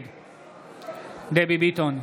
נגד דבי ביטון,